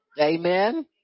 Amen